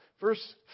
Verse